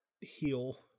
heal